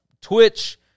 Twitch